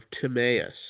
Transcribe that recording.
Timaeus